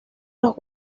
los